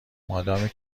مادامی